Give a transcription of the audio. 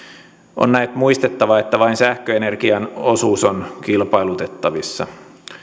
on näet muistettava että vain sähköenergian osuus on kilpailutettavissa